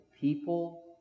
people